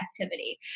activity